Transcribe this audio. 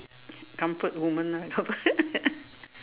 comfort women lah